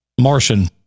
Martian